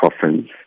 coffins